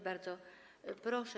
Bardzo proszę.